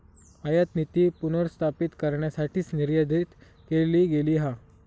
आयातनीती पुनर्स्थापित करण्यासाठीच निर्धारित केली गेली हा